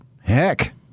Heck